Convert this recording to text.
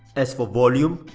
as for volume,